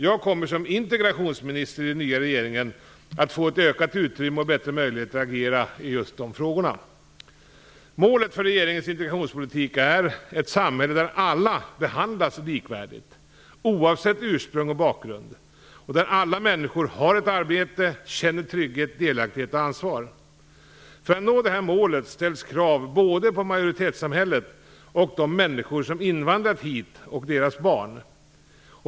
Jag kommer som integrationsminister i den nya regeringen att få ett ökat utrymme och bättre möjligheter att agera i just de frågorna. Målet för regeringens integrationspolitik är ett samhälle där alla behandlas likvärdigt oavsett ursprung och bakgrund och där alla människor har ett arbete och känner trygghet, delaktighet och ansvar. För att nå detta mål ställs krav både på majoritetssamhället och de människor som invandrat hit och deras barn.